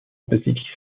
basilique